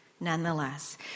nonetheless